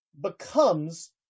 becomes